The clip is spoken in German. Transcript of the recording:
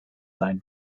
sein